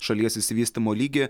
šalies išsivystymo lygį